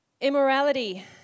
Immorality